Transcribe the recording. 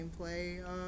gameplay